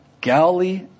Galilee